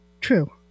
True